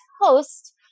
host